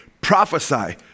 prophesy